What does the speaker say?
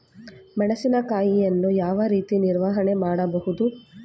ಮೆಣಸಿನಕಾಯಿಯನ್ನು ಯಾವ ರೀತಿ ನಿರ್ವಹಣೆ ಮಾಡಬಹುದು?